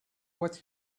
what